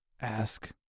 Ask